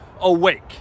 awake